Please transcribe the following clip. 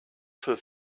für